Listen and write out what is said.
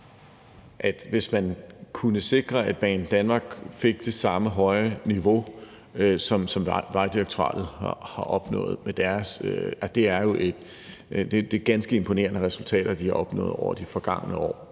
hvis man kunne sikre, at Banedanmark fik det samme høje niveau, som Vejdirektoratet har opnået, for det er jo ganske imponerende resultater, de har opnået over de forgangne år